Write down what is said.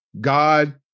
God